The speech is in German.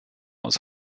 aus